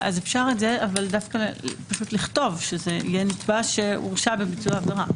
אז אפשר לכתוב שזה יהיה נתבע שהורשע בביצוע עבירה.